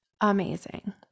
amazing